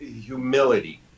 humility